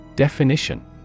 Definition